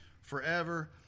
forever